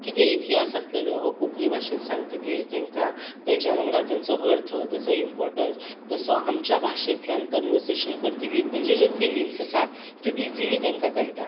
किदें इतिहास आसलेलो हो कोंकणी भाशेन सांगतकीर तांकां ताच्या वांगडा तांचो अर्थ तेचो इंपोर्टन्स तो आमच्या भाशेंतल्यान कनवर्सेशन करतकीर ताचे जे फिलींगस आसा त्यो इजिली तेंका कळटा